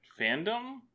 fandom